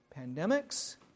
pandemics